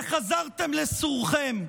וחזרתם לסורכם.